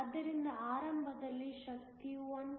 ಆದ್ದರಿಂದ ಆರಂಭದಲ್ಲಿ ಶಕ್ತಿಯು 1